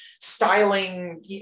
styling